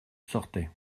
sortait